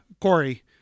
Corey